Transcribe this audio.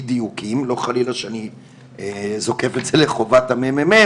לא חלילה שאני זוקף את זה לחובת ממ"מ,